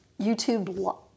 YouTube